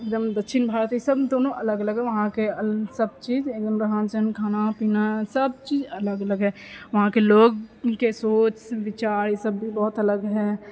एकदम दच्छिण भारत ई सब दोनो अलग अलग हइ वहांँके सब चीज एकदम रहन सहन खाना पीना सबचीज अलग अलग हइ वहाँके लोगके सोच विचार ई सब भी बहुत अलग हइ